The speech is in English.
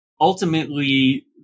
ultimately